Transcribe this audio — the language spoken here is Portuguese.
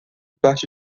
parte